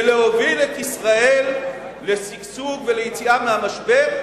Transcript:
ולהוביל את ישראל לשגשוג וליציאה מהמשבר.